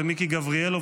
ומיקי גבריאלוב,